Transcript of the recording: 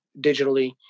digitally